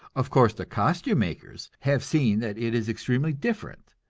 of course the costume-makers have seen that it is extremely different,